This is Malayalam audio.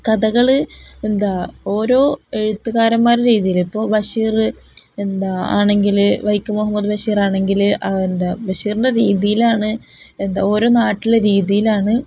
കഥകള് എന്താണ് ഓരോ എഴുത്തുകാരന്മാരെ രീതിയില് ഇപ്പോള് ബഷീര് എന്താണ് ആണെങ്കില് വൈക്കം മുഹമ്മദ് ബഷീറാണെങ്കില് എന്താണ് ബഷീറിന്റെ രീതിയിലാണ് എന്താണ് ഓരോ നാട്ടിലെ രീതിയിലാണ്